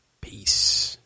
Peace